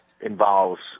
involves